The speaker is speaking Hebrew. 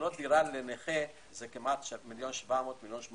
לקנות דירה לנכה זה כמעט מיליון ו-800,000